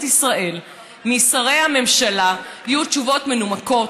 ישראל משרי הממשלה יהיו תשובות מנומקות,